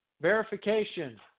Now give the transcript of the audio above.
verification